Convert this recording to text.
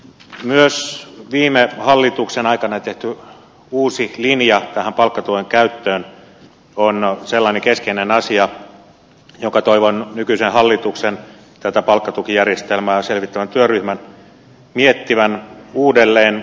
myös viime hallituksen aikana tehty uusi linja tähän palkkatuen käyttöön on sellainen keskeinen asia jonka toivon nykyisen hallituksen tätä palkkatukijärjestelmää selvittävän työryhmän miettivän uudelleen